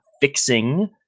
fixing